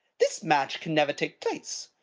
this match can never take place.